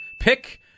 Pick